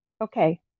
Okay